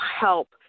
help